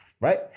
Right